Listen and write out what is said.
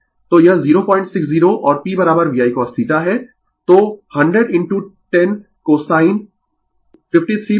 तो 100 into 10 cosine 532 o तो P 600 वाट